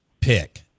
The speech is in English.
pick